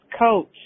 coach